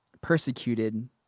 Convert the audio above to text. persecuted